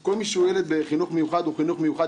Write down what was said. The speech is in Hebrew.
כל מי שהוא ילד בחינוך מיוחד הוא חינוך מיוחד,